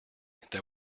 that